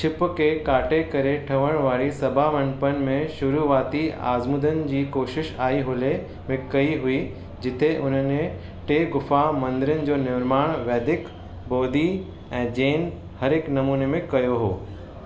छिप खे काटे करे ठवणु वारी सभा मण्डपनि में शुरुआती आज़मूदनि जी कोशिशि आईहोले में कई हुई जिते उन्हनि टे गुफा मंदरनि जो निर्माण वैदिक बौद्धी ऐं जैन हर हिकु नमूने में कयो हुओ